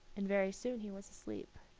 and very soon he was asleep.